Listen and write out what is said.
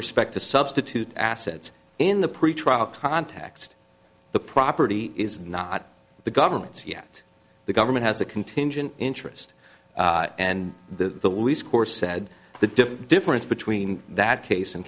respect to substitute assets in the pretrial context the property is not the government's yet the government has a contingent interest and the we score said the difference between that case